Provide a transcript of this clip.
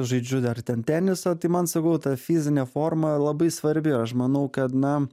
žaidžiu dar ten tenisą tai man sakau ta fizinė forma labai svarbi ir aš manau kad na